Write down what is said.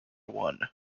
one